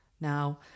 Now